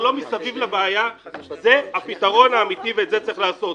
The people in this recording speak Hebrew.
זה לא מסביב לבעיה אלא זה הפתרון האמיתי ואת זה צריך לעשות.